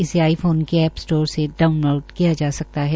इससे आईफोन के app store से डाउनलोड किया जा सकता है